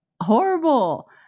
horrible